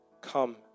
Come